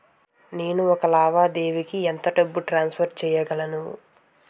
నేను ఒక లావాదేవీకి ఎంత డబ్బు ట్రాన్సఫర్ చేయగలను?